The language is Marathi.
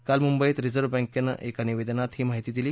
काल मुंबईत रिझर्व्ह बँकेनं एका निवेदनात ही माहिती दिली